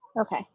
Okay